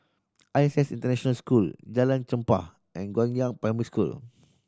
I S S International School Jalan Chempah and Guangyang Primary School